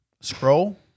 scroll